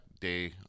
day